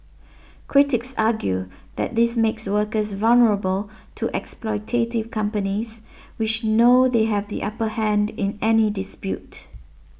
critics argue that this makes workers vulnerable to exploitative companies which know they have the upper hand in any dispute